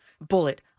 bullet